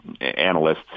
analysts